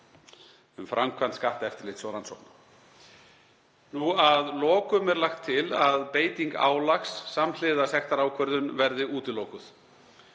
um framkvæmd skatteftirlits og skattrannsókna. Að lokum er lagt til að beiting álags samhliða sektarákvörðun verði útilokuð.